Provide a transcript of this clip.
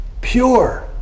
pure